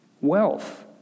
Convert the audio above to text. wealth